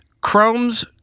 Chrome's